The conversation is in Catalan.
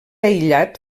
aïllat